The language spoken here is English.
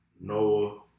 Noah